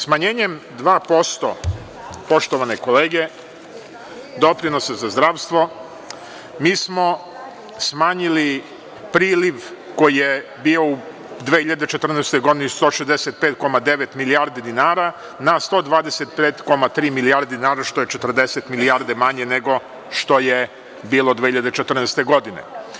Smanjenjem dva posto, poštovane kolege, doprinosa za zdravstvo mi smo smanjili priliv koji je bio u 2014. godini 165.9 milijardi dinara, na 125,3 milijardi dinara što je 40 milijardi manje nego što je bilo 2014. godine.